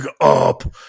up